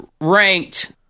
ranked